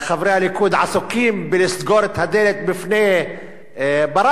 חברי הליכוד עסוקים בלסגור את הדלת בפני ברק,